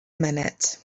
minute